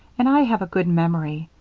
and i have a good memory.